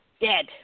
dead